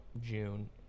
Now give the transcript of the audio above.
June